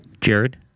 Jared